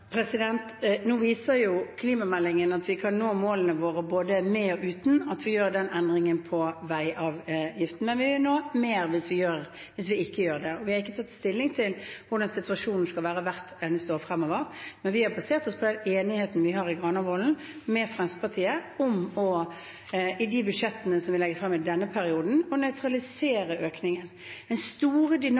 Nå viser klimameldingen at vi kan nå målene våre både med og uten at vi gjør den endringen på veiavgiften, men vi når lenger hvis vi ikke gjør det. Vi har ikke tatt stilling til hvordan situasjonen skal være hvert eneste år framover, men har basert oss på enigheten vi har med Fremskrittspartiet i Granavolden-plattformen om å nøytralisere økningen i de budsjettene som vi legger frem i denne perioden.